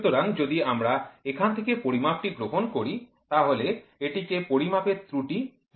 সুতরাং যদি আমরা এখান থেকে পরিমাপটি গ্রহণ করি তাহলে এটিকে পরিমাপের ত্রুটি বা ভুল মান বলা হবে